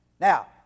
Now